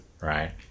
Right